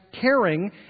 caring